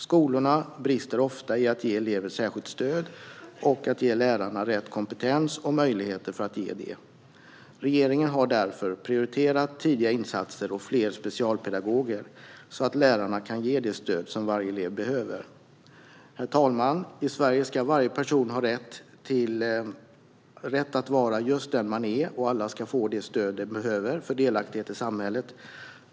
Skolorna brister ofta i att ge elever särskilt stöd och att ge lärarna rätt kompetens och möjligheter för att ge det. Regeringen har därför prioriterat tidiga insatser och fler specialpedagoger så att lärarna kan ge det stöd som varje elev behöver. Herr talman! I Sverige ska varje person ha rätt att vara just den man är, och alla ska få det stöd de behöver för delaktighet i samhället.